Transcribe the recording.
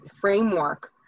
framework